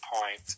point